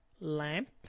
Lamp